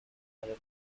are